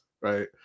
right